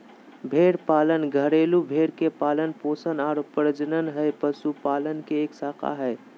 भेड़ पालन घरेलू भेड़ के पालन पोषण आरो प्रजनन हई, पशुपालन के एक शाखा हई